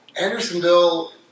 Andersonville